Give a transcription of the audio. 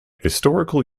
historical